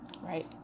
Right